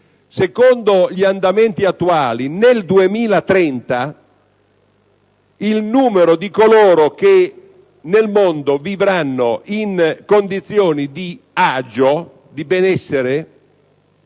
Secondo gli andamenti attuali, nel 2030 il numero di coloro che nel mondo vivranno in condizioni di agio e di benessere